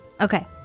Okay